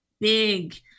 big